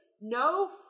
no